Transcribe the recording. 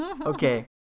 Okay